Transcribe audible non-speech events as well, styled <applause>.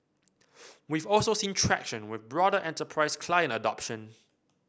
<hesitation> we've also seen traction with broader enterprise client adoption